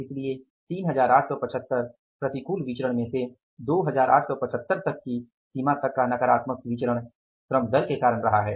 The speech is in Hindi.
इसलिए 3875 प्रतिकूल विचरण में से 2875 की सीमा तक का नकारात्मक विचरण श्रम दर के कारण रहा है